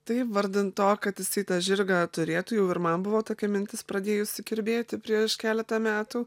tai vardan to kad jisai tą žirgą turėtų jau ir man buvo tokia mintis pradėjusi kirbėti prieš keletą metų